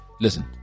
listen